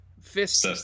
fist